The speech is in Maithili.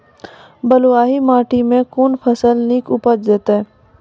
बलूआही माटि मे कून फसल नीक उपज देतै?